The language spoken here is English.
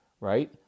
right